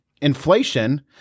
Inflation